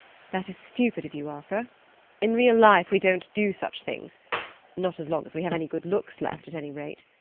that is stupid of you, arthur in real life we don't do such things not as long as we have any good looks left, at any rate.